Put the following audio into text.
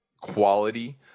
quality